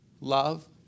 love